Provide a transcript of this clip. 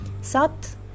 Sat